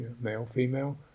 male-female